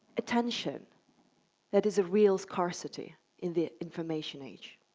attention that is a real scarcity in the information age.